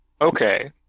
Okay